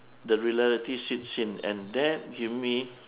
the reality sinks in and that give me